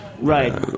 Right